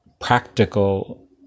practical